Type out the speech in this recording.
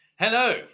Hello